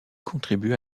contribue